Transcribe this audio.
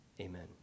Amen